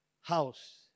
House